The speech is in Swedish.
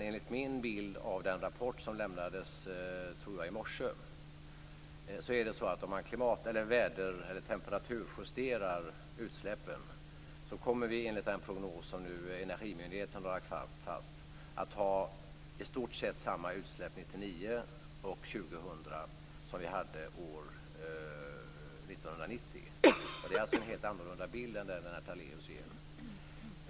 Enligt min bild av den rapport som jag tror lämnades i morse är det på det sättet att om man temperaturjusterar utsläppen, kommer vi enligt den prognos som Energimyndigheten har lagt fast att ha i stort sett samma utsläpp 1999 och 2000 som vi hade 1990. Det är alltså en helt annorlunda bild än den som Lennart Daléus ger.